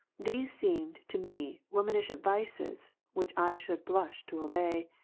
these seemed to me womanish advices, which i should blush to obey.